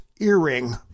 earring